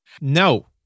No